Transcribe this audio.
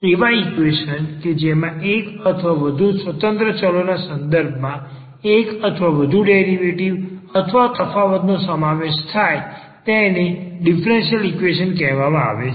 એવા ઈક્વેશન કે જેમાં એક અથવા વધુ સ્વતંત્ર ચલોના સંદર્ભમાં એક અથવા વધુ ડેરિવેટિવ અથવા તફાવતનો સમાવેશ થાય તેને ડીફરન્સીયલ ઈક્વેશન કહેવામાં આવે છે